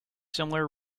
similar